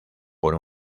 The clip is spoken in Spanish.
por